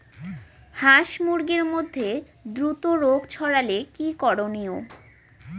হাস মুরগির মধ্যে দ্রুত রোগ ছড়ালে কি করণীয়?